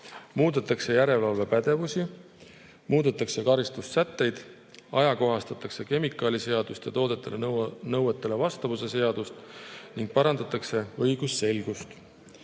muudetakse järelevalvepädevusi, muudetakse karistussätteid, ajakohastatakse kemikaaliseadust ja toote nõuetele vastavuse seadust ning parandatakse õigusselgust.